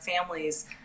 families